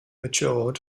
matured